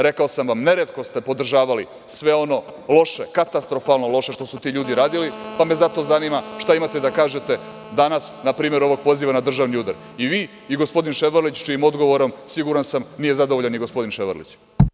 Rekao sam vam, neretko ste podržavali sve ono loše, katastrofalno loše što su ti ljudi radili, pa me zato zanima šta imate da kažete danas na primeru ovog poziva na državni udar, i vi i gospodin Ševarlić, čijim odgovorom, siguran sam, nije zadovoljan ni gospodin Ševarlić.